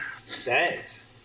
Thanks